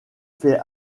fait